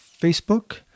Facebook